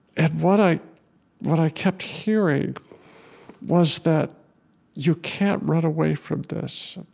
and what i what i kept hearing was that you can't run away from this.